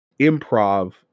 improv